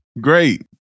Great